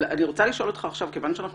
אבל אני רוצה לשאול אותך עכשיו כיוון שאנחנו